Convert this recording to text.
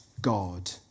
God